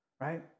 right